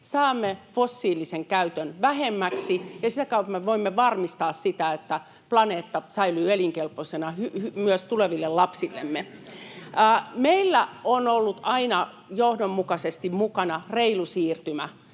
saamme fossiilisen käytön vähemmäksi ja sitä kautta me voimme varmistaa sitä, että planeetta säilyy elinkelpoisena myös tuleville lapsillemme. [Jani Mäkelä: Sitä ei kysytty!] Meillä on ollut aina johdonmukaisesti mukana reilu siirtymä.